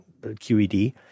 QED